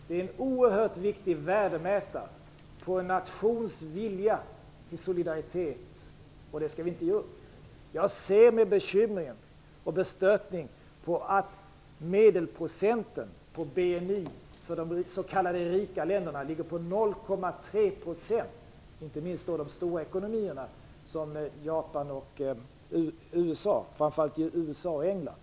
Det är en oerhört viktig värdemätare på en nations vilja till solidaritet, och det skall vi inte ge upp. Jag ser med bekymmer och bestörtning på att biståndsmedelprocenten av BNI bland de s.k. rika länderna ligger på 0,3 %- det gäller då inte minst de stora ekonomierna som Japan och, framför allt, USA och England.